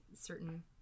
certain